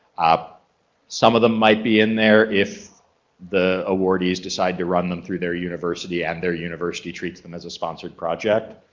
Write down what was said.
ah some of them might be in there if the awardees decide to run them through their university and their university treats them as a sponsored project.